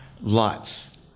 Lots